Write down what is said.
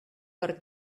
per